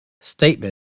statement